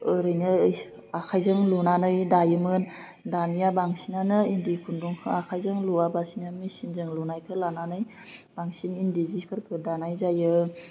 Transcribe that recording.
ओरैनो आखाइजों लुनानै दायोमोन दानिया बांसिनानो इन्दि खुन्दुंखौ आखाइजों लुआबासिनो मेसिनजों लुनायखौ लानानै बांसिन इन्दि जिफोरखौ दानाय जायो